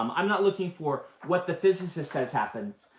um i'm not looking for what the physicist says happens.